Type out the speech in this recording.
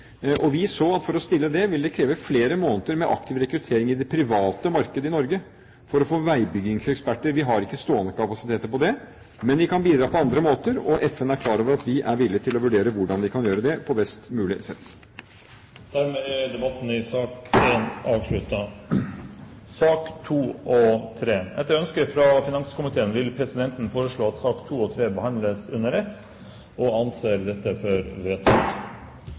og vi så at å stille det ville kreve flere måneder med aktiv rekruttering i det private markedet i Norge for å få veibyggingseksperter. Vi har ikke stående kapasiteter på det, men vi kan bidra på andre måter. FN er klar over at vi er villige til å vurdere hvordan vi kan gjør det på best mulig sett. Debatten i sak nr. 1 er avsluttet. Etter ønske fra finanskomiteen vil presidenten foreslå at sakene nr. 2 og 3 behandles under ett. – Det anses vedtatt.